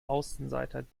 außenseiter